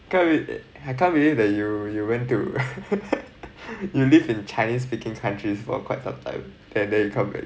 can't believe I can't believe that you you went to you live in chinese speaking countries for quite sometime and then come back